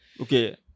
Okay